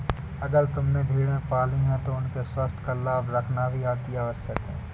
अगर तुमने भेड़ें पाली हैं तो उनके स्वास्थ्य का ध्यान रखना भी अतिआवश्यक है